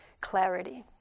clarity